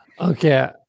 okay